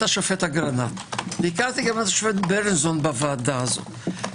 השופט אגרנט ואת השופט ברינזון בוועדה הזאת.